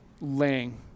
laying